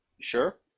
sure